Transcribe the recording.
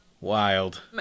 Wild